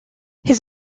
his